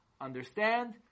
understand